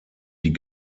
die